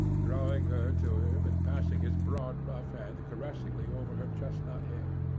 drawing her to him, and passing his broad, rough hand caressingly over her chestnut hair.